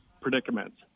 predicaments